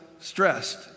stressed